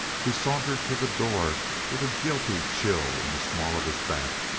he sauntered to the door with a guilty chill in the small of his back,